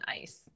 Ice